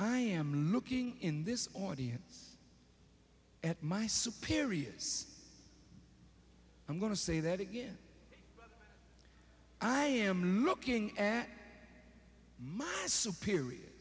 i am looking in this audience at my superior i'm going to say that again i am looking at my superior